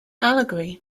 allegory